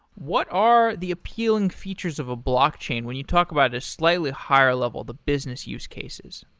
what are the appealing features of a blockchain when you talk about a slightly higher level, the business use cases?